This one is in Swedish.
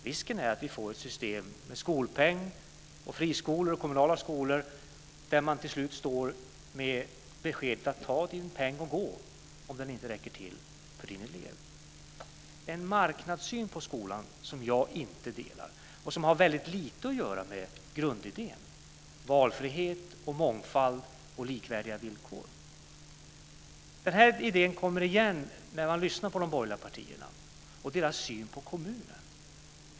Risken är att vi får ett system med friskolor och kommunala skolor där föräldrarna till slut står där med ett besked om att ta sin skolpeng och gå om skolpengen inte räcker till för eleven. Detta är en marknadssyn på skolan som jag inte delar. Den har väldigt lite att göra med grundidén, dvs. valfrihet, mångfald och likvärdiga villkor. Den här idén kommer igen när man lyssnar på de borgerliga partierna och deras syn på kommunen.